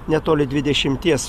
netoli dvidešimties